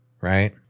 Right